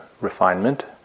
refinement